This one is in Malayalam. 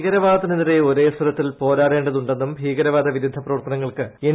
ഭീകരവാദത്തിനെതിരെ ഒരേ സ്വരത്തിൽ പോരാടേണ്ടതുണ്ടെന്നും ഭീകരവാദ വിരുദ്ധ പ്രവർത്തനങ്ങൾക്ക് എൻ